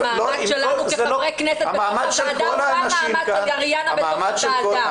המעמד שלנו כחברי כנסת הוא לא כמעמד של אריאנה בתוך הוועדה.